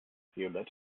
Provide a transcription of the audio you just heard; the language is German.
violett